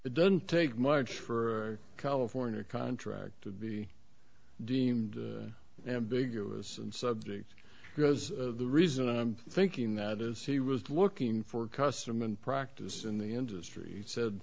it doesn't take much for california contract to be deemed ambiguous and subject because the reason i'm thinking that is he was looking for custom and practice in the industry said